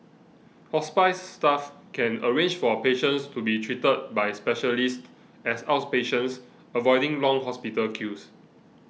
hospice staff can arrange for patients to be treated by specialists as outpatients avoiding long hospital queues